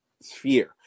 sphere